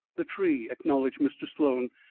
the tree, acknowledged mr. sloan.